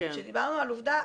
כשדיברנו על עובדה,